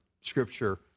Scripture